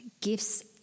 gifts